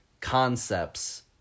concepts